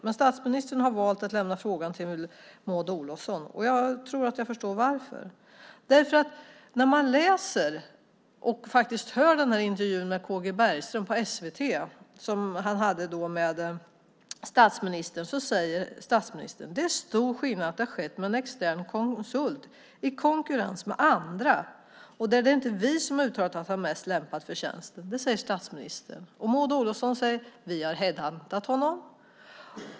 Men statsministern har valt att lämna frågan till Maud Olofsson. Jag tror att jag förstår varför. När man läser och faktiskt hör intervjun som K.G. Bergström på SVT gör med statsministern kan man notera att statsministern säger: Det är stor skillnad. Det har skett med en extern konsult i konkurrens med andra. Det är inte vi som har uttalat att han är mest lämpad för tjänsten. Det säger statsministern. Och Maud Olofsson säger: Vi har headhuntat honom.